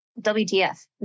WTF